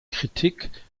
kritik